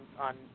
on